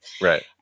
Right